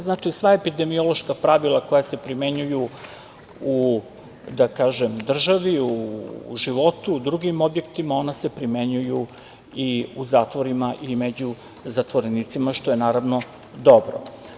Znači, sva epidemiološka pravila koja se primenjuju u da kažem, državi, u životu, u drugim objektima, ona se primenjuju i u zatvorima i među zatvorenicima, što je naravno, dobro.